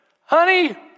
honey